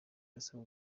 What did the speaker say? asaba